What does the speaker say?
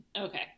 Okay